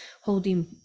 holding